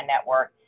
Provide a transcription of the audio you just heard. network